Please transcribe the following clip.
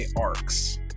arcs